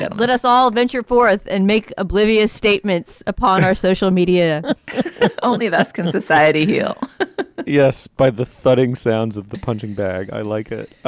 yeah let us all venture forth and make oblivious statements upon our social media only of us can society heal yes. by the thudding sounds of the punching bag. i like it.